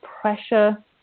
pressure